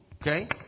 Okay